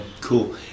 cool